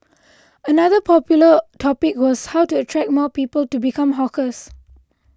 another popular topic was how to attract more people to become hawkers